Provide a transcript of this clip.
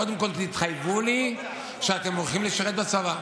קודם כול תתחייבו לי שאתם הולכים לשרת בצבא.